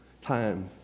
time